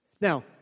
Now